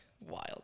wild